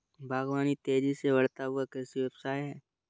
बागवानी तेज़ी से बढ़ता हुआ कृषि व्यवसाय है